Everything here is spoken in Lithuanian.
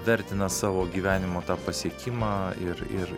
vertina savo gyvenimo tą pasiekimą ir ir